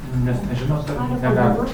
nes nežinot ar negalit